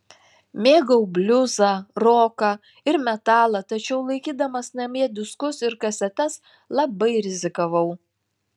mėgau bliuzą roką ir metalą tačiau laikydamas namie diskus ir kasetes labai rizikavau